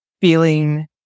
feeling